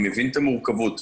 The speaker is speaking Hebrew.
אני מבין את המורכבות.